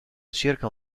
circa